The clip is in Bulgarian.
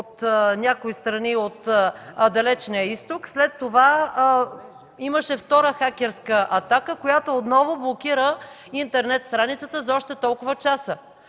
от някои страни от Далечния изток. След това имаше втора хакерска атака, която отново блокира интернет страницата за още толкова часа.